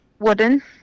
Wooden